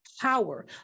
power